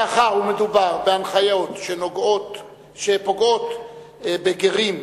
מאחר שמדובר בהנחיות שפוגעות בגרים,